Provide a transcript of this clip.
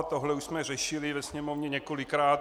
A tohle už jsme řešili ve sněmovně několikrát.